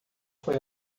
foi